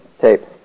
tapes